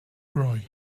cry